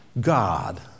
God